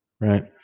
right